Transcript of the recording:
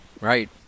Right